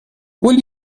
will